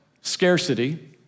scarcity